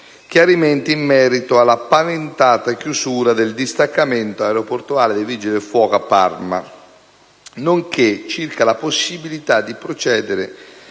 chiarimenti in merito alla paventata chiusura del distaccamento aeroportuale dei Vigili del fuoco a Parma, nonché circa la possibilità di procedere